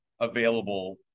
available